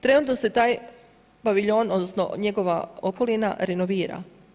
Trenutno se taj paviljon odnosno njegova okolina renovira.